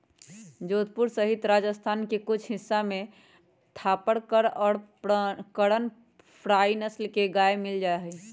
जोधपुर सहित राजस्थान के कुछ हिस्सा में थापरकर और करन फ्राइ नस्ल के गाय मील जाहई